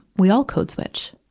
we all code switch,